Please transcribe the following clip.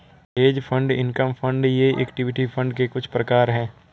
hedge fund income fund ये equity fund के कुछ प्रकार हैं